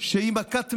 שהיא מכת מדינה,